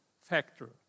factor